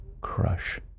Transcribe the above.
Crush